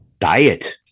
diet